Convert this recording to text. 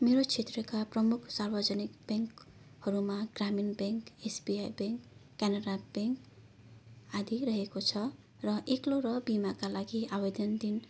मेरो क्षेत्रका प्रमुख सार्वजनिक ब्याङ्कहरूमा ग्रामीण bank SBI bank Canara bank आदि रहेको छ र एक्लो र बिमाका लागि आवेदन दिन